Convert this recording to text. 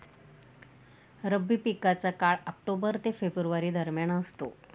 रब्बी पिकांचा काळ ऑक्टोबर ते फेब्रुवारी दरम्यान असतो